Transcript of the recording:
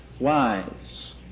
wise